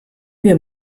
wir